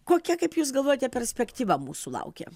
kokia kaip jūs galvojate perspektyva mūsų laukia